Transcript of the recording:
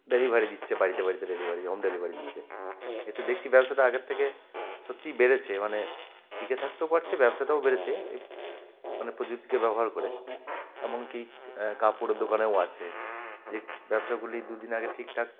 delivery দিচ্ছে বাড়িতে বাড়িতে ডেলিভারি হোম ডেলিভারি দিচ্ছে এতে দেখছি ব্যবসাটা আগের থেকে সত্যিই বেড়েছে মানে টিকে থাকতেও পারছে ব্যবসাটাও বেড়েছে এই মানে প্রযুক্তিকে ব্যবহার করে এমন কি কাপড়ের দোকানেও আছে যে ব্যবসাগুলি দু দিন আগে ঠিকঠাক